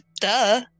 Duh